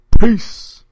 Peace